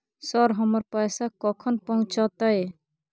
Sir, हमर पैसा कखन पहुंचतै?